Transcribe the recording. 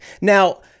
Now